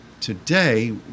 today